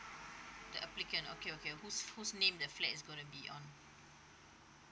the applicant okay okay whose whose name the flat is gonna be on